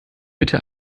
bitte